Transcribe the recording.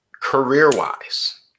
career-wise